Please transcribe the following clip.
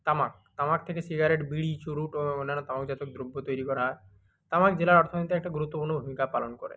তামাক তামাক থেকে সিগারেট বিড়ি চুরুট ও অন্যান্য তামাকজাত দ্রব্য তৈরি করা হয় তামাক জেলার অর্থনীতিতে একটা গুরুত্বপূর্ণ ভূমিকা পালন করে